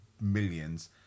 millions